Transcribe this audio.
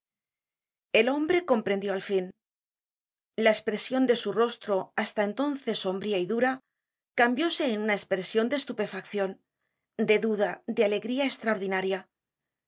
el hombre comprendió al fin la espresion de su rostro hasta entonces sombría y dura cambióse en una espresion de estupefaccion de duda de alegría estraordinaria